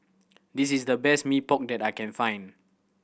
this is the best Mee Pok that I can find